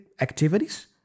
activities